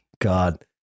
God